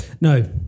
No